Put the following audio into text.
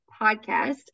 podcast